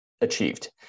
achieved